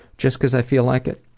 just cuz i feel like it.